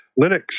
Linux